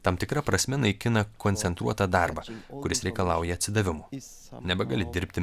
tam tikra prasme naikina koncentruotą darbą kuris reikalauja atsidavimo nebegali dirbti